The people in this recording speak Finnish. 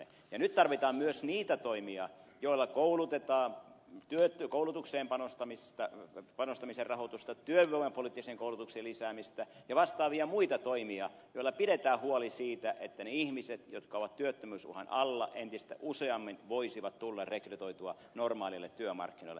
ja nyt tarvitaan myös niitä toimia joilla koulutetaan tarvitaan koulutukseen panostamisen rahoitusta työvoimapoliittisen koulutuksen lisäämistä ja vastaavia muita toimia joilla pidetään huoli siitä että ne ihmiset jotka ovat työttömyysuhan alla entistä useammin voisivat tulla rekrytoiduiksi normaaleille työmarkkinoille